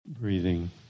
breathing